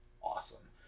awesome